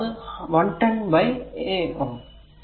അപ്പോൾ അത് 110 by a Ω